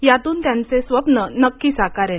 यातून त्यांचे स्वप्न नक्की साकारेल